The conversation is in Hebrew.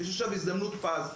יש עכשיו הזדמנות פז,